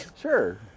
Sure